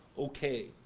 okay.